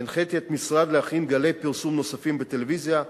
הנחיתי את המשרד להכין גלי פרסום נוספים בטלוויזיה,